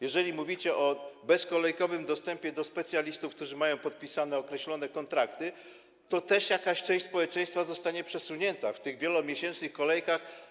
Jeżeli mówicie o bezkolejkowym dostępie do specjalistów, którzy mają podpisane określone kontrakty, to też jakaś część społeczeństwa zostanie przesunięta w tych wielomiesięcznych kolejkach.